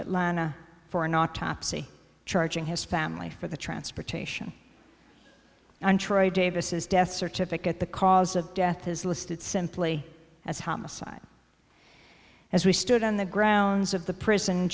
atlanta for an autopsy charging his family for the transportation entre davis death certificate the cause of death is listed simply as homicide as we stood on the grounds of the prison